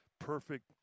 perfect